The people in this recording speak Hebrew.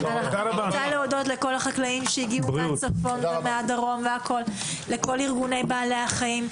לכל החקלאים שהגיעו מהצפון ומהדרום ולכל ארגוני בעלי החיים.